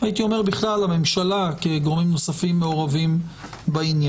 הייתי אומר בכלל על הממשלה כי גורמים נוספים מעורבים בעניין.